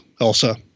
Elsa